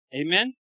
Amen